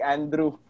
Andrew